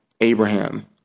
Abraham